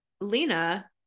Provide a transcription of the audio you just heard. Lena